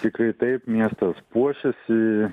tikrai taip miestas puošiasi